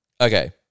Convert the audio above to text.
Okay